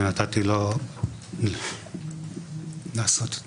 ונתתי לו לעשות את